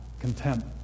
contempt